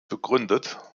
begründet